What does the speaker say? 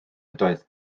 ydoedd